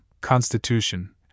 constitution